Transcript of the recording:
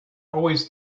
always